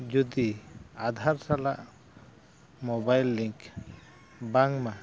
ᱡᱩᱫᱤ ᱟᱫᱷᱟᱨ ᱥᱟᱞᱟᱜ mobile link ᱵᱟᱝᱢᱟ